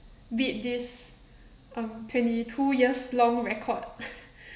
beat this um twenty two years long record